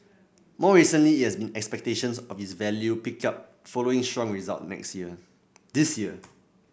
more recently it has been expectations of its value pick up following strong result next year this year